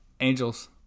Angels